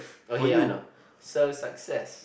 okay I know so success